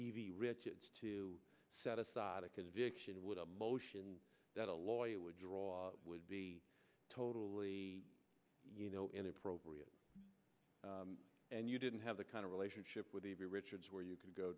evie richards to set aside a conviction would a motion that a lawyer would draw would be totally inappropriate and you didn't have the kind of relationship with the richards where you could go